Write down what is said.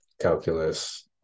Calculus